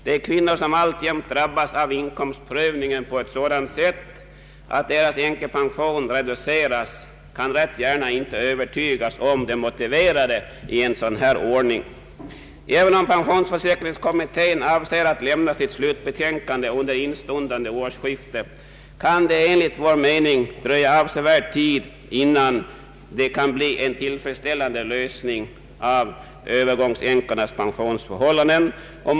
De kvinnor som alltjämt drabbas av inkomstprövningen på sådant sätt att deras änkepension reduceras kan rätt gärna inte övertygas om det motiverade i en sådan ordning. Även om pensionsförsäkringskommittén avser att lämna sitt slutbetänkande under instundande årsskifte, kan det enligt vår mening dröja avsevärd tid innan Öövergångsänkornas pensionsförhållanden kan få en tillfredsställande lösning.